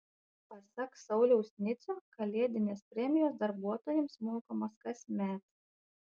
pasak sauliaus nicio kalėdinės premijos darbuotojams mokamos kasmet